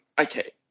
Okay